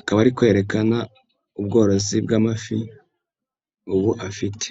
akaba ari kwerekana ubworozi bw'amafi mu bo afite.